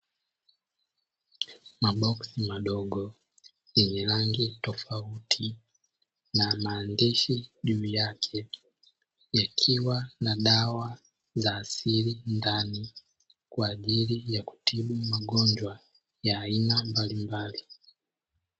Maboksi madogo yenye rangi tofauti na maandishi juu yake, yakiwa na dawa za asili ndani, kwa ajili ya kutibu magonjwa ya aina mbalimbali.